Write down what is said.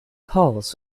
halls